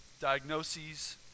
diagnoses